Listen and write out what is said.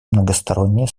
многостороннее